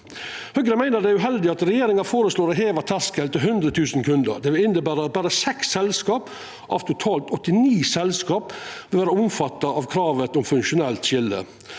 Høgre meiner det er uheldig at regjeringa føreslår å heva terskelen til 100 000 kundar. Det vil innebera at berre 6 av totalt 89 selskap vil vera omfatta av kravet om funksjonelt skilje.